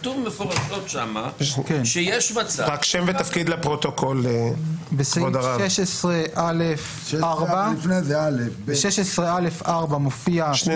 כתוב מפורשות שם שיש מצב --- סעיף 16(א)(4) מופיע שני